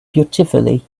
beautifully